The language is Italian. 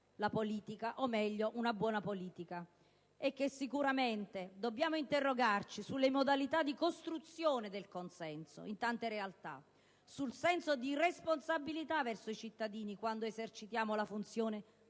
la politica, o meglio una buona politica. Sicuramente dobbiamo interrogarci sulle modalità di costruzione del consenso in tante realtà, sul senso di responsabilità verso i cittadini quando esercitiamo la funzione di